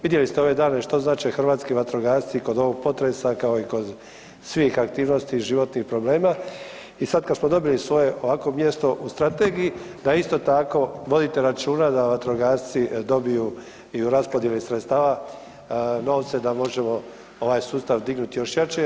Vidjeli ste ove dane što znače hrvatski vatrogasci i kod ovog potresa kao i kod svih aktivnosti i životnih problema i sad kad smo dobili svoje ovako mjesto u strategiji da isto tako vodite računa da vatrogasci dobiju i u raspodjeli sredstava novce da možemo ovaj sustav dignuti još jače.